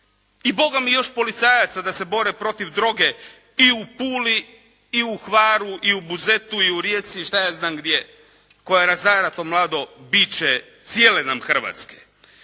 i bome još policajaca da se bore protiv droge i u Puli, i u Hvaru, i u Buzetu, i u Rijeci i šta ja znam gdje koja razara to mlado biće cijele nam Hrvatske.